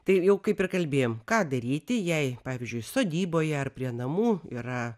tai jau kaip ir kalbėjom ką daryti jei pavyzdžiui sodyboje ar prie namų yra